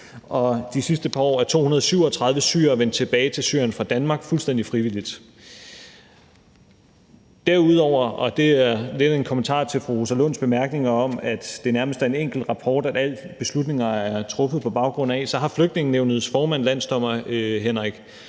de sidste par år er 237 syrere vendt tilbage til Syrien fra Danmark fuldstændig frivilligt. Derudover, og det er lidt en kommentar til fru Rosa Lunds bemærkninger om, at det nærmest er en enkelt rapport, alle beslutninger er truffet på baggrund af, har Flygtningenævnets formand, landsdommer Henrik